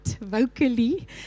vocally